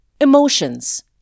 emotions